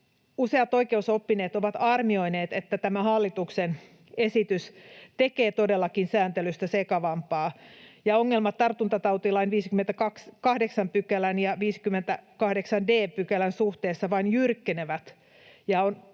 useat oikeusoppineet ovat arvioineet, että tämä hallituksen esitys tekee todellakin sääntelystä sekavampaa ja ongelmat tartuntatautilain 58 §:n ja 58 d §:n suhteessa vain jyrkkenevät,